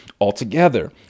altogether